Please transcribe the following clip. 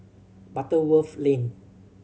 Butterworth Lane